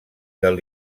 del